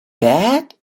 bad